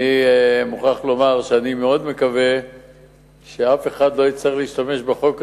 אני מוכרח לומר שאני מאוד מקווה שאף אחד לא יצטרך להשתמש בחוק הזה,